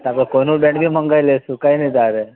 હા તો કોહિનૂર બેન્ડ બી મંગાવી લઈશું કઈ નહીં તારે